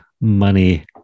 money